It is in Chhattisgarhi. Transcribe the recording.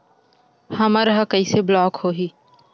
हमर ह कइसे ब्लॉक होही?